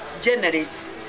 generates